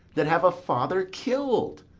that have a father kill'd,